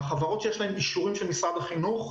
מהחברות שיש להן אישורים של משרד החינוך,